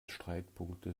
streitpunkte